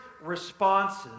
responses